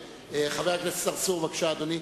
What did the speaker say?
חבר הכנסת צרצור, בבקשה, אדוני.